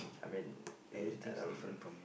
I mean in around